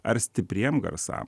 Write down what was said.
ar stipriem garsam